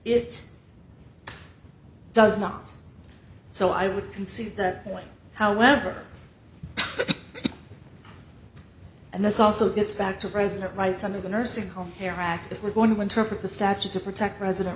it does not so i would concede that point however and this also gets back to present rights under the nursing home care act if we're going to interpret the statute to protect president